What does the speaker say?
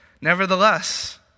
Nevertheless